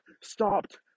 stopped